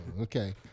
okay